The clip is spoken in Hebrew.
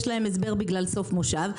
יש להם הסבר בגלל סוף מושב,